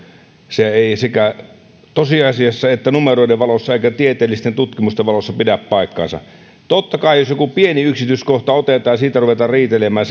se ei tosiasiassa eikä numeroiden valossa eikä tieteellisten tutkimusten valossa pidä paikkaansa totta kai jos joku pieni yksityiskohta otetaan ja siitä ruvetaan riitelemään